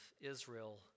Israel